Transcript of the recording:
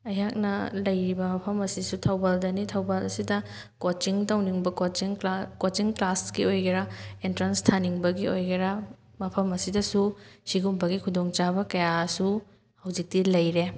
ꯑꯩꯍꯥꯛꯅ ꯂꯩꯔꯤꯕ ꯃꯐꯝ ꯑꯁꯤꯁꯨ ꯊꯧꯕꯥꯜꯗꯅꯤ ꯊꯧꯕꯥꯜ ꯑꯁꯤꯗ ꯀꯣꯆꯤꯡ ꯇꯧꯅꯤꯡꯕ ꯀꯣꯆꯤꯡ ꯀ꯭ꯂꯥꯁ ꯀꯣꯆꯤꯡ ꯀ꯭ꯂꯥꯁꯀꯤ ꯑꯣꯏꯒꯦꯔꯥ ꯑꯦꯟꯇ꯭ꯔꯥꯟꯁ ꯊꯥꯅꯤꯡꯕꯒꯤ ꯑꯣꯏꯒꯦꯔꯥ ꯃꯐꯝ ꯑꯁꯤꯗꯁꯨ ꯁꯤꯒꯨꯝꯕꯒꯤ ꯈꯨꯗꯣꯡ ꯆꯥꯕ ꯀꯌꯥꯁꯨ ꯍꯧꯖꯤꯛꯇꯤ ꯂꯩꯔꯦ